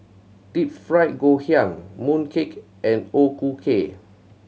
Deep Fried Ngoh Hiang mooncake and O Ku Kueh